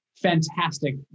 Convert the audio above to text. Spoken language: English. Fantastic